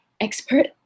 expert